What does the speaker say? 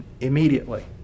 immediately